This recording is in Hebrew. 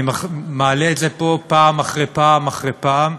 אני מעלה את זה פה פעם אחרי פעם אחרי פעם,